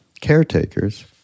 caretakers